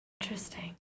Interesting